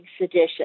sedition